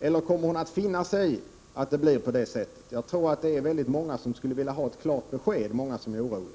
eller kommer hon att finna sig i att det blir på det sättet. Jag tror att det är väldigt många som är oroliga och som skulle vilja ha ett klart besked på den här punkten.